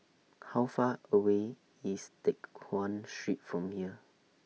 How Far away IS Teck Guan Street from here